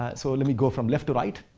ah so, let me go from left to right.